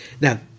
Now